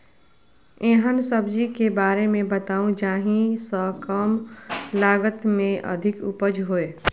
एहन सब्जी के बारे मे बताऊ जाहि सॅ कम लागत मे अधिक उपज होय?